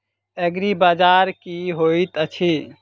एग्रीबाजार की होइत अछि?